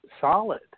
solid